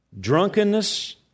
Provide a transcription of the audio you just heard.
drunkenness